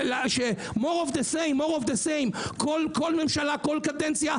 עוד מאותו דבר כל ממשלה כל קדנציה,